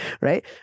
right